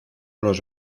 los